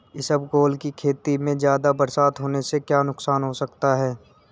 इसबगोल की खेती में ज़्यादा बरसात होने से क्या नुकसान हो सकता है?